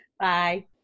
bye